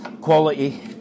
quality